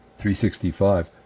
365